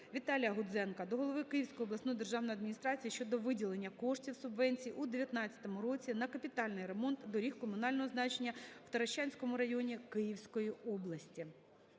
Віталія Гудзенка до голови Київської обласної державної адміністрації щодо виділення коштів (субвенції) у 2019 році на капітальний ремонт доріг комунального значення в Таращанському районі Київської області.